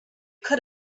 could